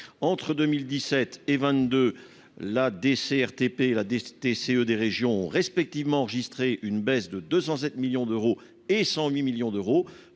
Entre 2017 et 2022, la DCRTP et la DTCE des régions ont respectivement enregistré une baisse de 207 millions d'euros et de 108 millions d'euros